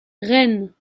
reine